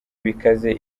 bikaze